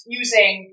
using